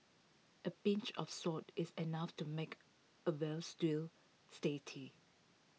A pinch of salt is enough to make A Veal Stew